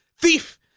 thief